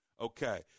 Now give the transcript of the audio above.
Okay